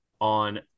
on